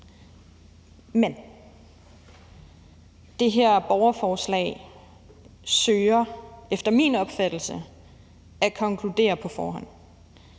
Men det her borgerforslag søger efter min opfattelse at konkludere på forhånd.